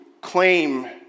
claim